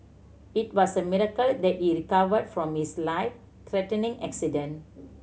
it was a miracle that he recovered from his life threatening accident